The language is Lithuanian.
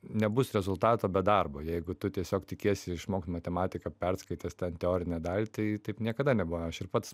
nebus rezultato be darbo jeigu tu tiesiog tikiesi išmokt matematiką perskaitęs ten teorinę dalį tai taip niekada nebuvo aš ir pats